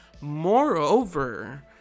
moreover